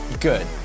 Good